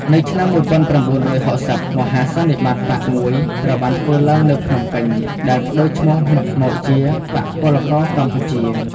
នៅឆ្នាំ១៩៦០ មហាសន្និបាតបក្សមួយត្រូវបានធ្វើឡើងនៅភ្នំពេញ ដែលប្តូរឈ្មោះបក្សមកជា «បក្សពលករកម្ពុជា»។